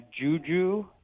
Juju